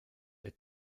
der